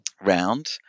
round